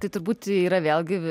tai turbūt yra vėlgi